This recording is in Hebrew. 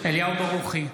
אליהו ברוכי,